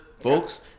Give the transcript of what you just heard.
folks